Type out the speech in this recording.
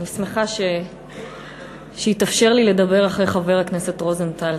אני שמחה שהתאפשר לי לדבר אחרי חבר הכנסת רוזנטל,